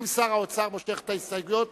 אם שר האוצר מושך את ההסתייגויות,